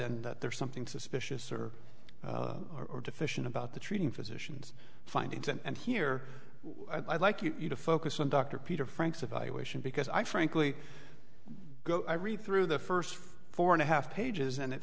and that there's something suspicious or or deficient about the treating physicians findings and here i'd like you to focus on dr peter franks evaluation because i frankly i read through the first four and a half pages and it